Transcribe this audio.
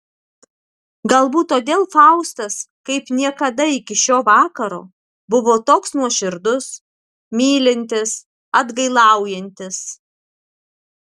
galbūt todėl faustas kaip niekada iki šio vakaro buvo toks nuoširdus mylintis atgailaujantis